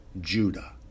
Judah